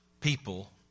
people